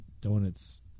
donuts